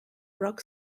rock